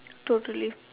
totally